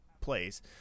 place